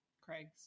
Craig's